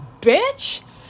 bitch